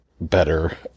better